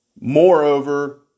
Moreover